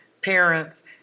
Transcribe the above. parents